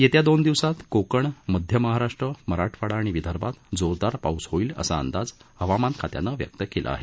येत्या दोन दिवसात कोकण मध्य महाराष्ट्र मराठवाडा आणि विदर्भात जोरदार पाऊस होईल असा अंदाज हवामान खात्यानं व्यक्त केला आहे